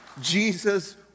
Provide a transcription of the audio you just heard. Jesus